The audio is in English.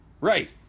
Right